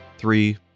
Three